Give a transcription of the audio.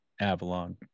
Avalon